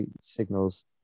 signals